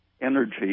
energy